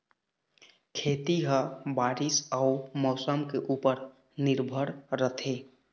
खेती ह बारीस अऊ मौसम के ऊपर निर्भर रथे